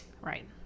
Right